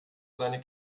seine